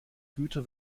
güter